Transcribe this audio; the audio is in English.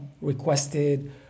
requested